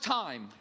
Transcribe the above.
time